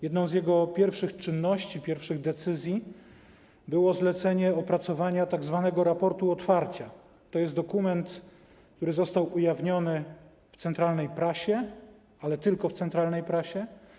Jedną z jego pierwszych czynności, pierwszych decyzji było zlecenie opracowania tzw. raportu otwarcia, tj. dokumentu, który został ujawniony w centralnej prasie, ale tylko w centralnej prasie.